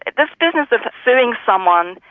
this business of suing someone,